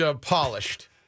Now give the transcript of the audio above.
polished